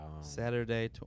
Saturday